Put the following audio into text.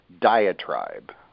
diatribe